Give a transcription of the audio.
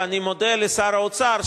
ואני מודה לשר האוצר,